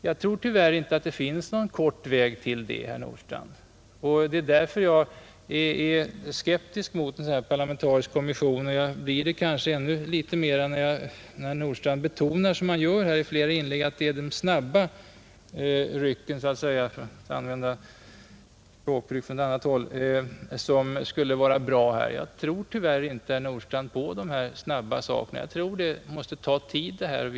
Jag tror tyvärr inte att det finns någon kort väg till det målet, herr Nordstrandh. Det är därför jag är skeptisk mot den parlamentariska kommissionen och jag blir det kanske ännu litet mer när herr Nordstrandh betonar, som han gör i flera inlägg, att det är de snabba rycken — för att låna ett uttryck från annat håll — som skulle vara bra i det här sammanhanget. Jag tror tyvärr inte, herr Nordstrandh, på snabba lösningar utan jag tror att dessa frågor måste ta tid.